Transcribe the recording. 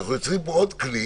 שאנחנו יוצרים פה עוד כלי